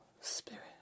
spirit